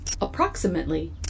Approximately